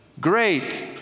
great